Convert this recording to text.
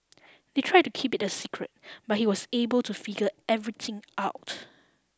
they tried to keep it a secret but he was able to figure everything out